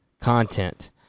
content